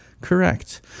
Correct